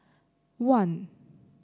one